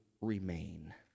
remain